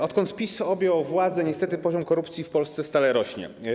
Odkąd PiS objął władzę niestety poziom korupcji w Polsce stale rośnie.